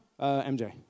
MJ